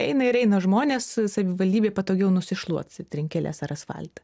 eina ir eina žmonės savivaldybėj patogiau nusišluot trinkeles ar asfaltą